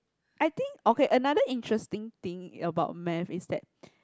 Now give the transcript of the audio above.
I think okay another interesting thing about math is that